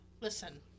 Listen